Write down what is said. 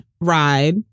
ride